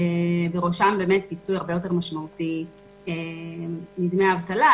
בראשם באמת פיצוי יותר משמעותי מדמי האבטלה,